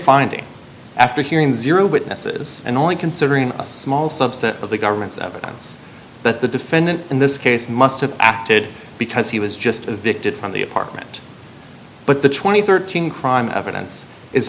finding after hearing zero witnesses and only considering a small subset of the government's evidence that the defendant in this case must have acted because he was just a victim from the apartment but the twenty thirteen crime evidence is